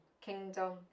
kingdom